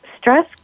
stress